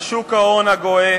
על שוק ההון הגואה